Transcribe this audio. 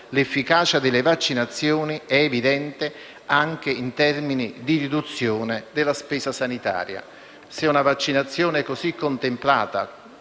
l'efficacia delle vaccinazioni è evidente anche in termini di riduzione della spesa sanitaria. Se una vaccinazione, così contemplata,